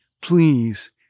Please